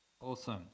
Awesome